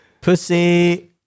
Pussy